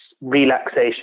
relaxation